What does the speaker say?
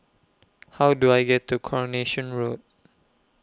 How Do I get to Coronation Road